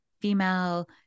female